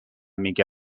میگه